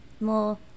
more